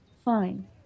Fine